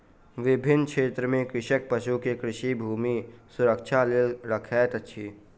विभिन्न क्षेत्र में कृषक पशु के कृषि भूमि सुरक्षाक लेल रखैत अछि